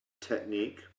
technique